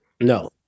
No